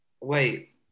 Wait